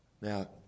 now